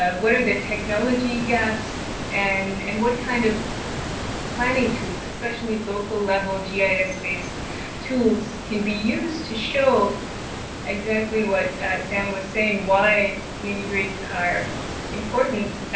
ah what are the technology gaps and and what kind of planning tools, especially local level yeah ah gis-based tools can be used to show exactly what sam was saying, why mini-grids are important